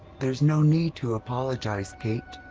there's no need to apologize, kate.